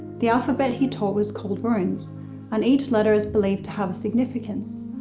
the alphabet he taught was called runes and each letter is believed to have a significance.